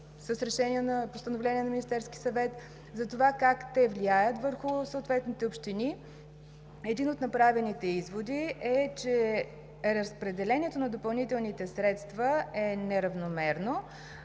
раздадени с Постановление на Министерския съвет, за това как те влияят върху съответните общини. Един от направените изводи е, че разпределението на допълнителните средства е неравномерно.